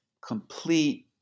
complete